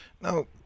Now